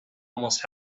almost